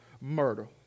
murder